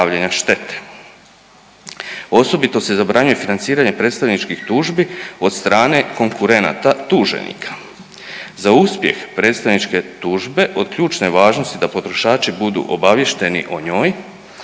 Osobito se zabranjuje financiranje predstavničkih tužbi od strane konkurenata tuženika. Za uspjeh predstavničke tužbe od ključne je važnosti da potrošači budu obaviješteni o njoj.